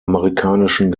amerikanischen